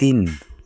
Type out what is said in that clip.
तिन